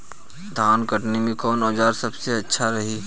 धान कटनी मे कौन औज़ार सबसे अच्छा रही?